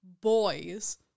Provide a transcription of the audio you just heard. boys